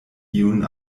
iun